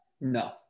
No